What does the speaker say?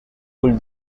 pulled